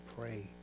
pray